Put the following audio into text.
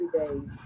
everyday